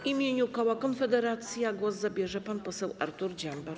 W imieniu koła Konfederacja głos zabierze pan poseł Artur Dziambor.